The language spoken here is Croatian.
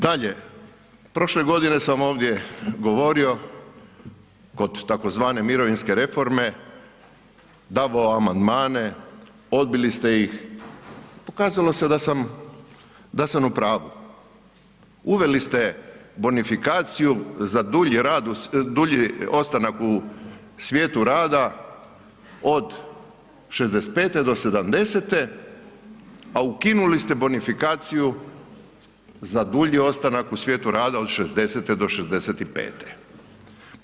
Dalje, prošle godine sam ovdje govorio kod tzv. mirovinske reforme, davao amandmane, odbili ste ih, pokazalo se da sam u pravu, uveli ste bonifikaciju za dulji ostanak u svijetu rada od 65 do 70-te a ukinuli ste bonifikaciju za dulji ostanak u svijetu rada od 60-te do 65-te.